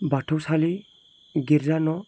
बाथौसालि गिर्जा न'